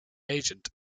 agent